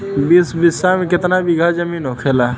बीस बिस्सा में कितना बिघा जमीन होखेला?